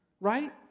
right